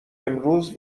امروز